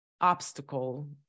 obstacle